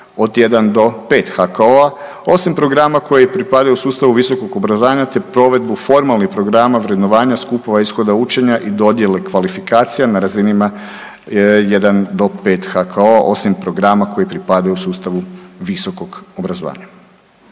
od 1 do 5 HKO-a osim programa koji pripadaju sustavu visokog obrazovanja te provedbu formalnih programa vrednovanja skupova ishoda učenja i dodjele kvalifikacija na razinama 1 do 5 HKO-a osim programa koji pripadaju sustavu visokog obrazovanja.